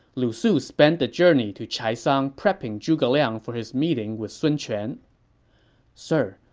lu su spent the journey to chaisang prepping zhuge liang for his meeting with sun quan sir,